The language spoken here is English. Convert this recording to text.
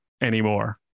anymore